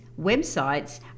websites